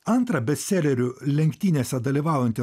antrą bestselerių lenktynėse dalyvaujantį